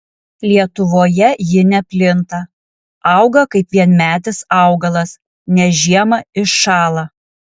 lietuvoje ji neplinta auga kaip vienmetis augalas nes žiemą iššąla